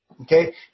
Okay